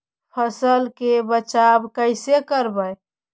फसल के बचाब कैसे करबय?